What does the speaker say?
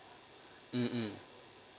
mm